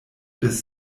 bis